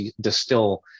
distill